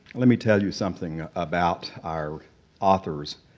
let me tell you something about our authors,